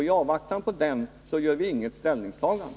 I avvaktan på detta gör vi inget ställningstagande.